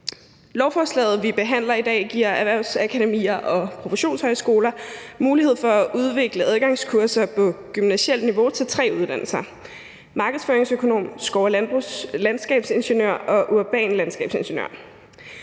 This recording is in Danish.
Lovforslaget, vi behandler i dag, giver erhvervsakademier og professionshøjskoler mulighed for at udvikle adgangskurser på gymnasialt niveau til tre uddannelser: markedsføringsøkonom, skov- og landskabsingeniør og urban landskabsingeniør,